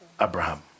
Abraham